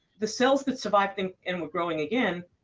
the cells that survived and and were growing again,